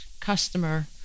customer